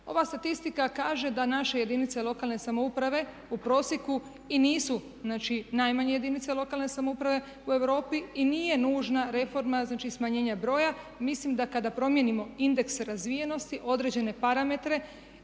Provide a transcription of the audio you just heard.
Ova statistika kaže da naše jedinice lokalne samouprave u prosjeku i nisu znači najmanje jedinice lokalne samouprave u Europi i nije nužna reforma znači smanjenja broja. Mislim da kada promijenimo indeks razvijenosti određene parametre